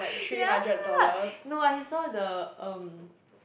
ya no I saw the um